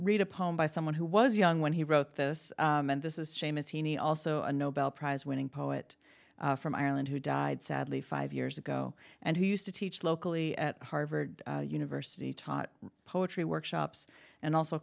read a poem by someone who was young when he wrote this and this is seamus heaney also a nobel prize winning poet from ireland who died sadly five years ago and who used to teach locally at harvard university taught poetry workshops and also